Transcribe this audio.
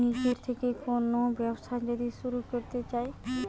নিজের থেকে কোন ব্যবসা যদি শুরু করতে চাই